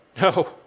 No